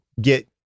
get